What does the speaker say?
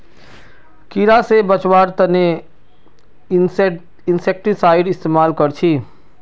कीड़ा से बचावार तने इंसेक्टिसाइड इस्तेमाल कर छी